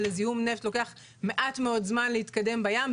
ולזיהום נפט לוקח מעט מאוד זמן להתקדם בים,